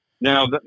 Now